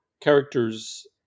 character's